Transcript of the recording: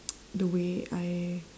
the way I